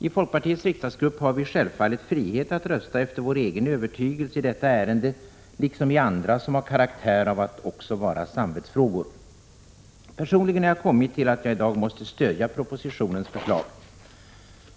I folkpartiets riksdagsgrupp har vi självfallet frihet att rösta efter vår egen övertygelse i detta ärende liksom i andra som har karaktär av att också vara samvetsfrågor. Personligen har jag kommit till att jag i dag måste stödja propositionens förslag.